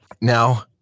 Now